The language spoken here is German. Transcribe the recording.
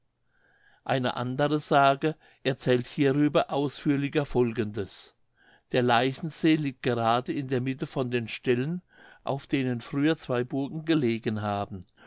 eine andere sage erzählt hierüber ausführlicher folgendes der leichensee liegt gerade in der mitte von den stellen auf denen früher zwei burgen gelegen haben